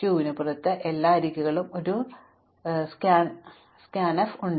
Q ന് പുറത്ത് പോകുന്ന എല്ലാ അരികുകളും ഒരു സ്കാൻഫ് ഉണ്ട്